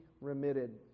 remitted